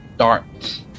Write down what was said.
Darts